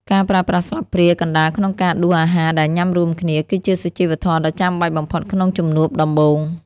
ការប្រើប្រាស់ស្លាបព្រាកណ្ដាលក្នុងការដួសអាហារដែលញ៉ាំរួមគ្នា គឺជាសុជីវធម៌ដ៏ចាំបាច់បំផុតក្នុងជំនួបដំបូង។